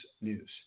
news